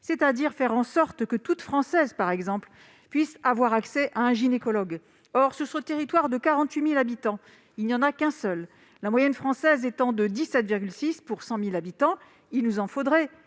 c'est-à-dire faire en sorte, par exemple, que toute Française puisse avoir accès à un gynécologue. Or, sur ce territoire de 48 000 habitants, il n'y en a qu'un seul ! La moyenne française étant de 17,6 pour 100 000 habitants, il nous en faudrait